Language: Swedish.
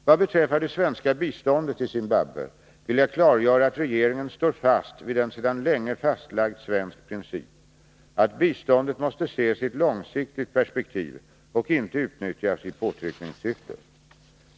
Vad beträffar det svenska biståndet till Zimbabwe vill jag klargöra att regeringen står fast vid en sedan länge fastlagd svensk princip att biståndet måste ses i ett långsiktigt perspektiv och inte utnyttjas i påtryckningssyfte.